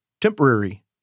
temporary